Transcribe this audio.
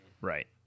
Right